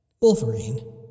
Wolverine